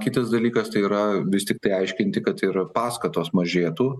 kitas dalykas tai yra vis tiktai aiškinti kad yra paskatos mažėtų